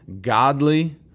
Godly